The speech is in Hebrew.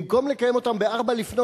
במקום לקיים אותם ב-04:00,